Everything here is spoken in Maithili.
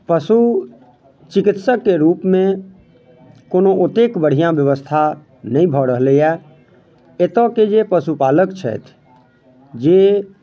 पशु चिकित्सकके रूपमे कोनो ओतेक बढ़िआँ व्यवस्था नहि भऽ रहलैए एतयके जे पशुपालक छथि जे